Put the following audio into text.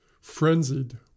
frenzied